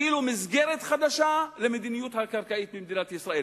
כאילו מסגרת חדשה למדיניות הקרקעית במדינת ישראל.